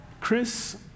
Chris